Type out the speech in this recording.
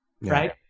Right